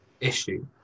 issue